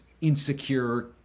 insecure